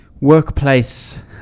workplace